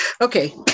Okay